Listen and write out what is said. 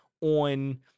on –